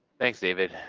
thanks, david.